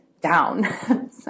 down